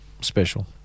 special